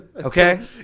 Okay